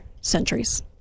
centuries